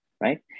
right